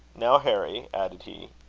now, harry, added he,